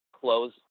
close